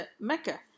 Mecca